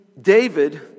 David